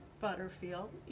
Butterfield